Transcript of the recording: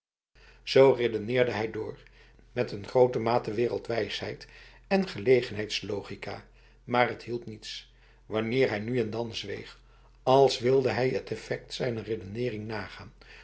z redeneerde hij door met een grote mate wereldwijsheid en gelegenheidslogica maar het hielp niets wanneer hij nu en dan zweeg als wilde hij het effect zijner redenering nagaan